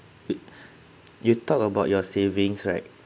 you talk about your savings right